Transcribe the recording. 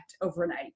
overnight